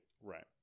Right